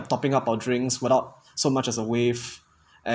topping up our drinks without so much as a wave and